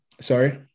Sorry